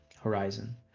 horizon